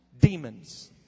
Demons